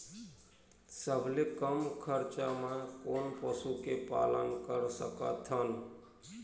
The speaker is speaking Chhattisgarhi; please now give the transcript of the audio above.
सबले कम खरचा मा कोन पशु के पालन कर सकथन?